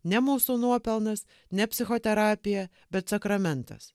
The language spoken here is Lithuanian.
ne mūsų nuopelnas ne psichoterapija bet sakramentas